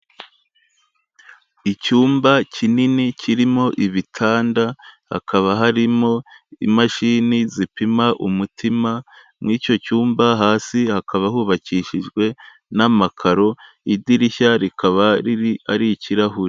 Icyumba kinini kirimo ibitanda, hakaba harimo imashini zipima umutima, mu icyo cyumba hasi hakaba hubakishijwe n'amakaro, idirishya rikaba riri ari ikirahure.